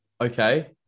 Okay